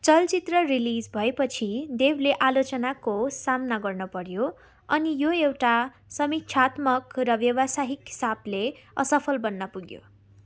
चल्चित्र release भएपछि देवले आलोचनाको सामना गर्नु पऱ्यो अनि यो एउटा समीक्षात्मक र व्यावसायिक हिसाबले असफल बन्न पुग्यो